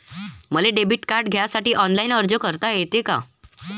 मले debit card घ्यासाठी online अर्ज करता येते का?